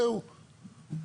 זהו,